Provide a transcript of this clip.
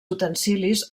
utensilis